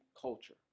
culture